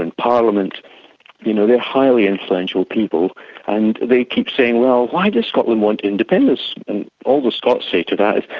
and parliament you know they're highly influential people and they keep saying, well, why does scotland want independence? and all the scots say to that is,